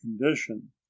condition